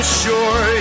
sure